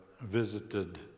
visited